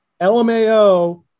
LMAO